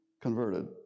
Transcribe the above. converted